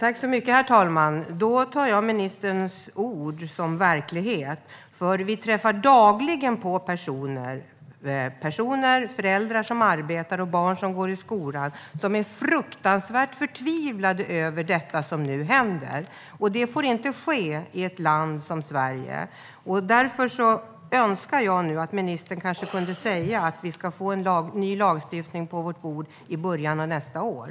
Herr talman! Då tar jag ministerns ord som verklighet. Vi träffar dagligen på personer - föräldrar som arbetar och barn som går i skolan - som är fruktansvärt förtvivlade över det som nu händer. Det får inte ske i ett land som Sverige, och därför önskar jag att ministern kunde säga att vi får ny lagstiftning på vårt bord i början av nästa år.